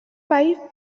five